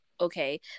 okay